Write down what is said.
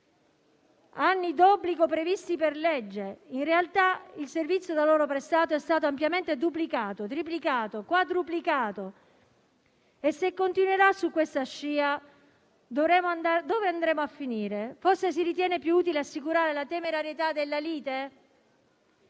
anni d'obbligo previsti per legge. In realtà, il servizio da loro prestato è stato ampiamente duplicato, triplicato, quadruplicato. Se si continuerà su questa scia, dove andremo a finire? Forse si ritiene più utile assicurare la temerarietà della lite?